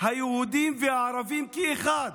היהודים והערבים כאחד,